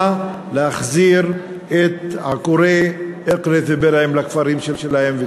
להחזיר את עקורי אקרית ובירעם לכפרים שלהם.